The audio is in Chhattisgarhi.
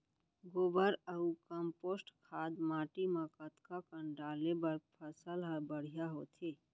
गोबर अऊ कम्पोस्ट खाद माटी म कतका कन डाले बर फसल ह बढ़िया होथे?